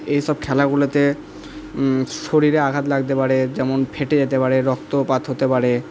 এই সব খেলাগুলোতে শরীরে আঘাত লাগতে পারে যেমন ফেটে যেতে পারে রক্তপাত হতে পারে